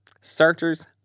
starters